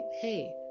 hey